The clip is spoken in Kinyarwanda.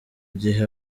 gihe